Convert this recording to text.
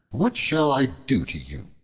what shall i do to you?